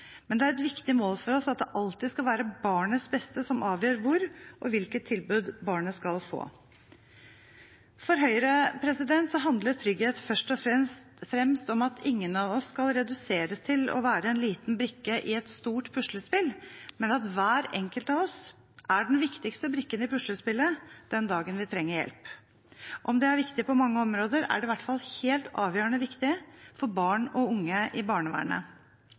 men det er et viktig mål for oss at det alltid skal være barnets beste som avgjør hvilket tilbud barnet skal få, og hvor. For Høyre handler trygghet først og fremst om at ingen av oss skal reduseres til å være en liten brikke i et stort puslespill, men at hver enkelt av oss er den viktigste brikken i puslespillet den dagen vi trenger hjelp. Om det er viktig på mange områder, er det i hvert fall helt avgjørende viktig for barn og unge i barnevernet.